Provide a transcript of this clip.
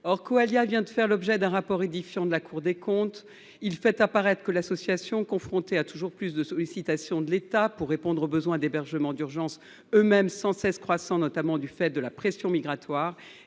Or Coallia vient de faire l’objet d’un rapport édifiant de la Cour des comptes, lequel fait apparaître que cette association, confrontée à toujours plus de sollicitations de l’État pour répondre aux besoins en hébergement d’urgence, eux mêmes sans cesse croissants en raison de la pression migratoire,